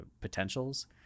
potentials